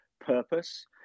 purpose